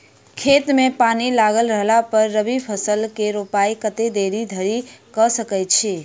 खेत मे पानि लागल रहला पर रबी फसल केँ रोपाइ कतेक देरी धरि कऽ सकै छी?